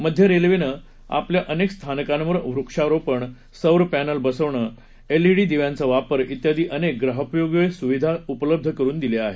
मध्य रेल्वेनं आपल्या अनेक स्थानकांवर वृक्षारोपण सौर पॅनल बसवणे एल इ डी दिव्यांचा वापर इत्यादी अनेक ग्राहकोपयोगी सुविधा उपलब्ध करून दिल्या आहेत